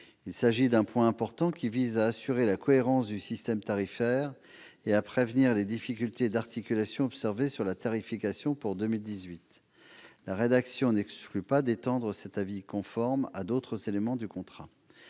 Il s'agit là d'un point important, qui vise à assurer la cohérence du système tarifaire et à prévenir les difficultés d'articulation observées au titre de la tarification pour 2018. La rédaction adoptée n'exclut pas d'étendre cet avis conforme à d'autres éléments du contrat.